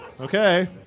Okay